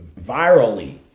virally